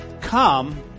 come